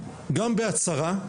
גם בהצהרה,